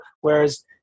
whereas